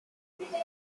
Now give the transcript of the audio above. siete